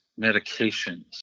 medications